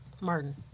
Martin